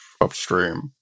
upstream